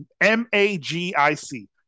M-A-G-I-C